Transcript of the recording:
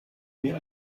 mir